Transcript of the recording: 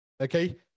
okay